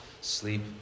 sleep